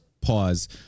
pause